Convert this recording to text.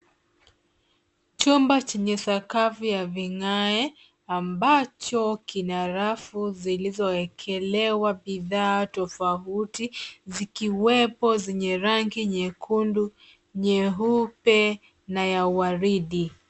Chumba chenye sakafu ya vigae ambacho kina rafu zilizoekelewa bidhaa tofauti, zikiwepo zenye rangi nyekundu, nyeupe, na ya waridi.